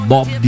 Bob